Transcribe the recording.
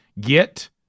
get